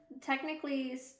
technically